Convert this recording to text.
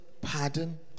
Pardon